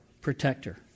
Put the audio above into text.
protector